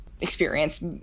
experience